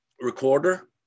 recorder